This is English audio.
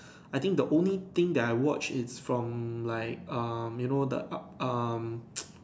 I think the only thing that I watch is from like um you know the up um